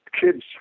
kids